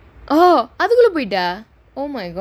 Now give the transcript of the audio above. oh அதுக்குள்ள போய்டா:athukulla poitaa oh my god